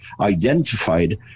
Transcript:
identified